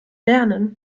lernen